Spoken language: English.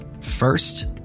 First